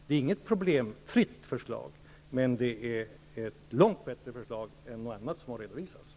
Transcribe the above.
Det är inget problemfritt förslag, men det är ett långt bättre förslag än något annat som har redovisats.